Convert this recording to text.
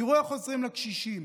תראו איך עוזרים לקשישים.